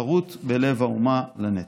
חרות בלב האומה לנצח.